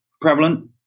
prevalent